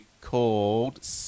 called